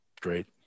Great